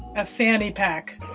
a fanny pack.